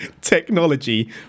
technology